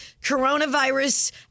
coronavirus